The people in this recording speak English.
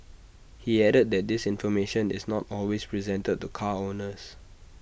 he added that this information is not always presented to car owners